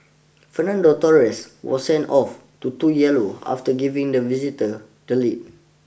Fernando Torres was sent off to two yellow after giving the visitors the lead